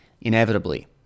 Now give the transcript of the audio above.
Inevitably